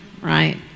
right